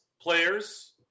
players